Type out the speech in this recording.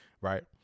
right